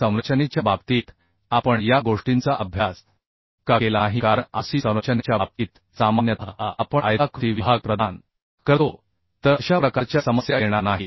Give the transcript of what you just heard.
संरचनेच्या बाबतीत आपण या गोष्टींचा अभ्यास का केला नाही कारण RC संरचनेच्या बाबतीत सामान्यतः आपण आयताकृती विभाग प्रदान करतो तर अशा प्रकारच्या समस्या येणार नाहीत